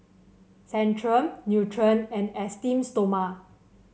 Centrum Nutren and Esteem Stoma